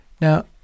Now